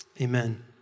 Amen